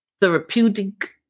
therapeutic